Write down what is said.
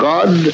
God